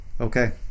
okay